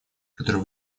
который